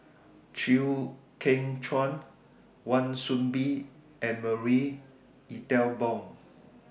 Chew Kheng Chuan Wan Soon Bee and Marie Ethel Bong